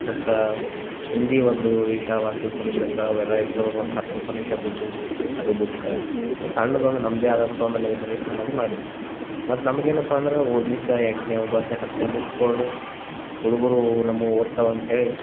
ಮತ್ತು ಹಿಂದಿ ಒಂದು ಈಶಾವಾಸ್ಯ ಉಪನಿಷತ್ ಅವೆಲ್ಲ ಇರ್ತವೆ ಅದೊಂದು ಹತ್ತು ಉಪನಿಷತ್ ಇದ್ದವು ಅದು ಬುಕ್ಕ ಒಂದು ಸಣ್ಣದೊಂದ್ ನಮ್ಮದೇ ಆದಂಥ ಒಂದು ಲೈಬ್ರೆರಿ ಸಣ್ಣದು ಮಾಡಿದೆ ಮತ್ತು ನಮಗೇನಪ್ಪಾ ಅಂದ್ರೆ ಓದ್ಲಿಕ್ಕೆ ಎಂಟನೇ ಒಂಬತ್ತನೇ ಹತ್ತನೇ ಬುಕ್ಸ್ಗಳ್ನೂ ಹುಡುಗರು ನಮ್ಮವು ಓದ್ತವೆ ಅಂತ್ಹೇಳಿ